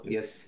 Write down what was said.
Yes